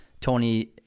Tony